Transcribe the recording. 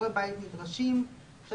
וביקורי בית נדרשים, (3)